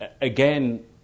again